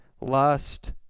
lust